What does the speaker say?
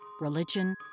religion